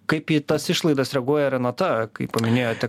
kaip į tas išlaidas reaguoja renata kaip paminėjote